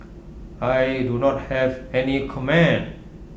I do not have any comment